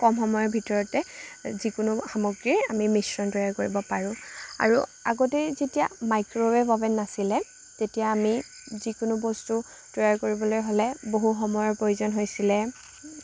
কম সময়ৰ ভিতৰতে যিকোনো সামগ্ৰীৰ আমি মিশ্ৰণ তৈয়াৰ কৰিব পাৰোঁ আৰু আগতে যেতিয়া মাইক্ৰ'ৱেভ অভেন নাছিলে তেতিয়া আমি যিকোনো বস্তু তৈয়াৰ কৰিবলৈ হ'লে বহু সময়ৰ প্ৰয়োজন হৈছিলে